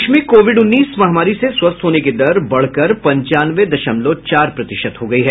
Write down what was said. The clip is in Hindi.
देश में कोविड उन्नीस महामारी से स्वस्थ होने की दर बढ़कर पंचानवे दशमलव चार प्रतिशत हो गई है